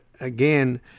again